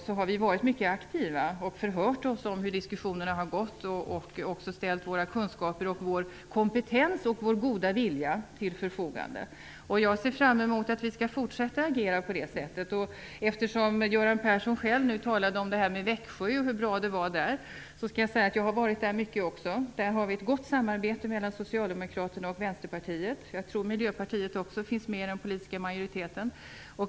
Där har vi varit mycket aktiva och förhört oss om hur diskussionerna har gått och även ställt våra kunskaper, vår kompetens och vår goda vilja till förfogande. Jag ser fram emot att vi skall fortsätta att agera på det sättet. Eftersom Göran Persson själv talade om Växjö och hur bra det var där, skall jag säga att jag också har varit mycket där. Där har vi ett gott samarbete mellan Socialdemokraterna och Vänsterpartiet. Jag tror att Miljöpartiet också finns med i den politiska majoriteten.